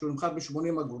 שנמכר ב-80 אגורות,